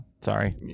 sorry